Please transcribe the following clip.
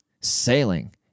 sailing